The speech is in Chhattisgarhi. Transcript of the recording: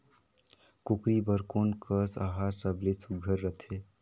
कूकरी बर कोन कस आहार सबले सुघ्घर रथे?